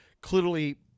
clearly